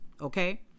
Okay